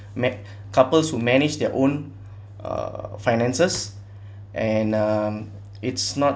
make couples who manage their own uh finances and um it's not